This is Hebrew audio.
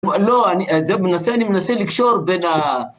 לא, אני מנסה לקשור בין ה...